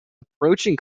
approaching